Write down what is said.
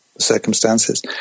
circumstances